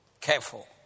Careful